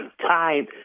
time